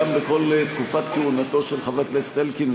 גם בכל תקופת כהונתו של חבר הכנסת אלקין,